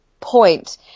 point